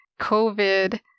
covid